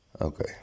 Okay